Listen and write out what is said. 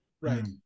Right